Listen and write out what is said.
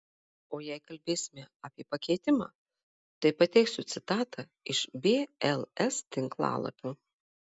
o jei kalbėsime apie pakeitimą tai pateiksiu citatą iš bls tinklalapio